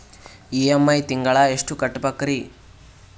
EMI ತಿಂಗಳ ಎಷ್ಟು ಕಟ್ಬಕ್ರೀ?